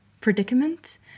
predicament